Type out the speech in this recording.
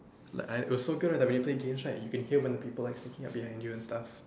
like it was so good right that when we play games right you can hear when the people like sneaking up behind you and stuff